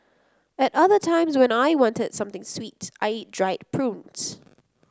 at other times when I wanted something sweet I eat dried prunes